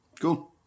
Cool